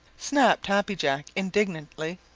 snapped happy jack indignantly.